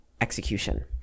execution